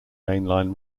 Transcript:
mainline